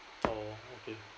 oh okay